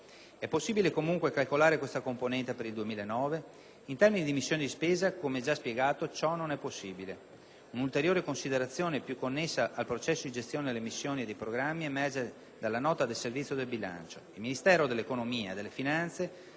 È possibile comunque calcolare questa componente per il 2009? In termini di missioni di spesa, come già spiegato, ciò non è possibile. Un'ulteriore considerazione, più connessa al processo di gestione delle missioni e dei programmi, emerge dalla nota del Servizio del bilancio. Il Ministero dell'economia e delle finanze